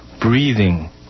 breathing